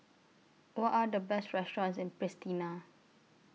What Are The Best restaurants in Pristina